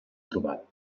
trobat